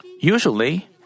Usually